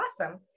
Awesome